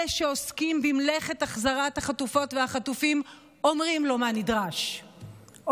אלה שעוסקים במלאכת החזרת החטופות והחטופים אומרים לו מה נדרש,